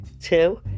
two